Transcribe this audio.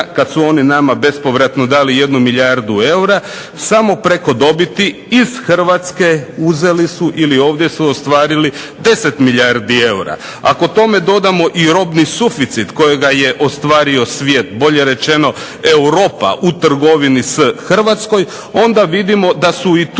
kad su oni nama bespovratno dali 1 milijardu eura samo preko dobiti iz Hrvatske uzeli su ili ovdje su ostvarili 10 milijardi eura. Ako tome dodamo i robni suficit kojega je ostvario svijet, bolje rečeno Europa u trgovini s Hrvatskom onda vidimo da su i tu